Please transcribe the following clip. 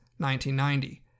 1990